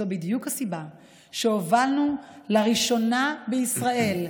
זו בדיוק הסיבה שהובלנו, לראשונה בישראל,